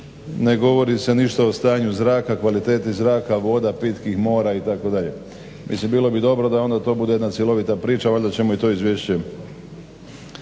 ne govori se ništa o stanju zraka, kvaliteti zraka, voda pitkih, mora itd. mislim da bi bilo dobro da to bude jedna cjelovita priča. Valjda ćemo i to izvješće